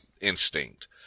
instinct